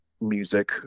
music